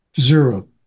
Zero